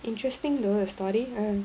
interesting though the story uh